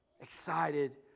excited